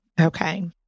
Okay